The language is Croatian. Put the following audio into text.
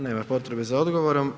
Nema potrebe za odgovorom.